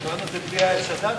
החינוך, התרבות והספורט נתקבלה.